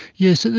yes,